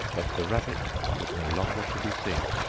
but the rabbit was no longer to be seen